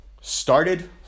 started